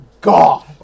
GOD